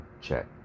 check